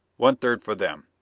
one-third for them.